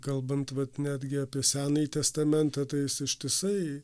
kalbant vat netgi apie senąjį testamentą tai jis ištisai